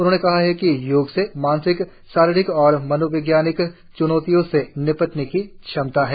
उन्होंने कहा कि योग में मानसिक शारीरिक और मनोवैज्ञानिक च्नौतियों से निपटने की क्षमता है